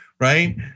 Right